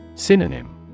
Synonym